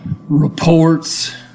Reports